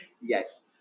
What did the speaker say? Yes